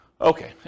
Okay